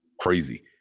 crazy